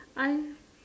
I